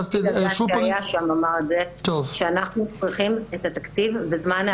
אנחנו צריכים את התקציב וזמן היערכות.